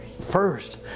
first